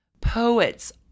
Poets